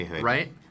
right